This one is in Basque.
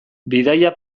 bidaia